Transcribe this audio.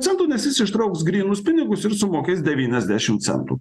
centų nes jis ištrauks grynus pinigus ir sumokės devyniasdešim centų